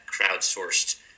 crowdsourced